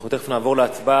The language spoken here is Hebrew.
אנחנו תיכף נעבור להצבעה.